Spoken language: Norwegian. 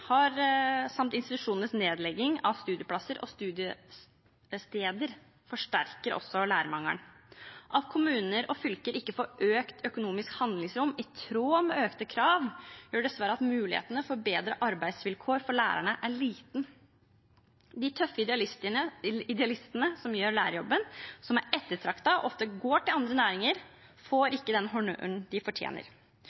avskilting, samt institusjonenes nedlegging av studieplasser og studiesteder, forsterker også lærermangelen. At kommuner og fylker ikke får økt økonomisk handlingsrom i tråd med økte krav, gjør dessverre at mulighetene for bedre arbeidsvilkår for lærerne er liten. De tøffe idealistene som gjør lærerjobben, som er ettertraktet og ofte går til andre næringer, får